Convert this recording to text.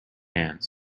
hands